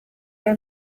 iyo